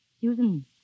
Susan